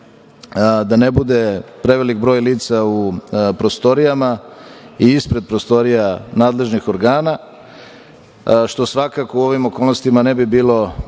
da ne bude prevelik broj lica u prostorijama i ispred prostorija nadležnih organa, što svakako u ovim okolnostima ne bi bilo